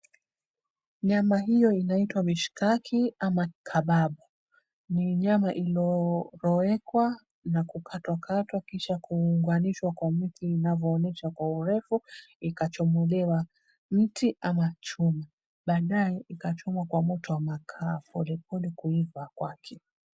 Nyama hiyo inaitwa mshikaki ama kababu. Ni nyama iliyooekwa na kukatwakatwa, kisha kuunganisha kwa mtu inavyoonyeshwa kwa urefu ikachomolewa mti ama chuma. Baadaye ikachomwa kwa moto wa makaa polepole kuivaa kwake.